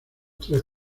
tres